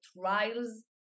trials